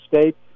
State